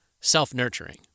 Self-nurturing